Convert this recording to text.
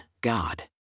god